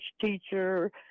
teacher